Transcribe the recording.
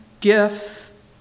gifts